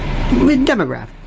demographic